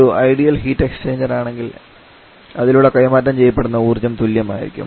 ഒരു ideal heat exchanger ആണെങ്കിൽ അതിലൂടെ കൈമാറ്റം ചെയ്യപ്പെടുന്ന ഊർജ്ജം തുല്യമായിരിക്കും